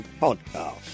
podcast